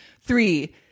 Three